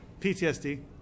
PTSD